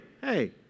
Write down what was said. hey